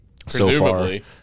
Presumably